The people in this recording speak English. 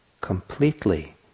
completely